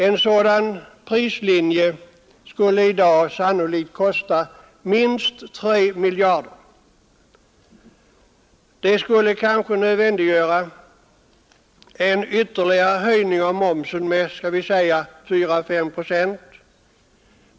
En lågprislinje skulle i dag sannolikt kosta minst 3 miljarder. Det skulle kanske nödvändiggöra en ytterligare höjning av momsen med kanske 4 å 5 procent.